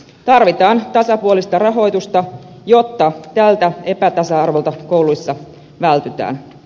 tarvitaan tasapuolista rahoitusta jotta tältä epätasa arvolta kouluissa vältytään